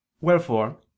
Wherefore